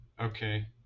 Okay